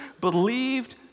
believed